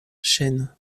chêne